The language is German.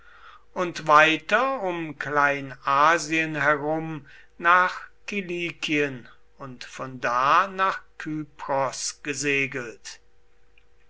und weiter um kleinasien herum nach kilikien und von da nach kypros gesegelt